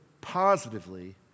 positively